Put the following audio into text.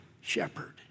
shepherd